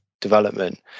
development